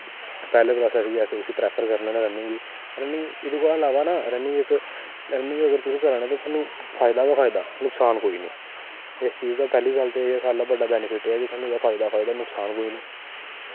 ते पैह्ला प्रसैस गी अस उसी प्रैफर करने होन्ने रनिंग गी रनिंग एह्दे कोला इलावा ना रनिंग इक रनिंग अगर तुस करा ने तां थोआनूं फायदा गै फायदा नुकसान कोई निं इस चीज़ दा पैह्ला गल्ल ते एह् ऐ कि एह्दा बैनिफिट एह् ऐ सानूं एह्दा फायदा फायदा नकसान कोई निं